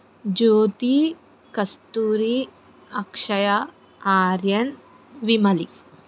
Jyothi Kasturi Akshaya Aryan Vimali